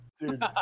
dude